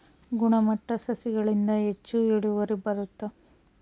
ಗುಣಮಟ್ಟ ಸಸಿಗಳಿಂದ ಹೆಚ್ಚು ಇಳುವರಿ ಬರುತ್ತಾ?